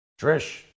Trish